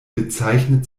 bezeichnet